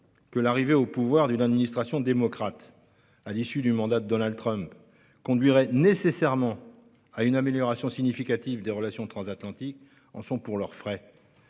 que l'arrivée au pouvoir d'une administration démocrate à l'issue du mandat de Donald Trump conduirait nécessairement à une amélioration significative des relations transatlantiques en sont pour leurs frais.